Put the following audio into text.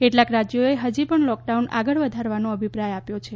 કેટલાંક રાજ્યોએ હજીપણ લોક ડાઉન આગળ વધારવાનો અભિપ્રાય આપ્યો હતો